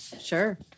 Sure